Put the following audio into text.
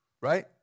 right